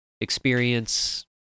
experience